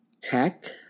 tech